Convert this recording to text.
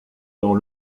dans